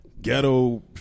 Ghetto